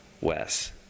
Wes